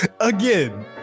again